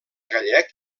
gallec